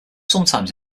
sometimes